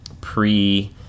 pre-